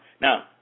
now